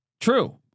True